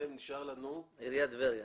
ונשארה לנו עיריית טבריה.